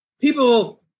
People